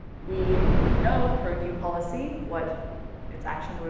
we could know for a new policy what its action or,